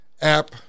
app